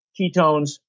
ketones